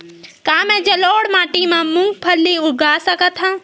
का मैं जलोढ़ माटी म मूंगफली उगा सकत हंव?